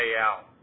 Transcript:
out